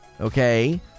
okay